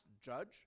judge